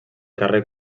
carrer